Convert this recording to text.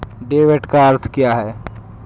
Debit का अर्थ क्या है?